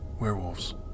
Werewolves